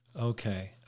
Okay